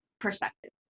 perspective